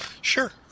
Sure